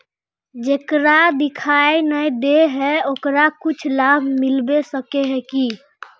जेकरा दिखाय नय दे है ओकरा कुछ लाभ मिलबे सके है की?